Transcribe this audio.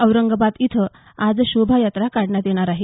औरंगाबाद इथं आज शोभायात्रा काढण्यात येणार आहे